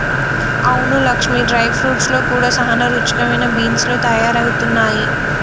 అవును Lakshmi dry fruits లో కూడా సానా రుచికరమైన బీన్స్ లు తయారవుతున్నాయి